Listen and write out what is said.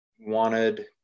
wanted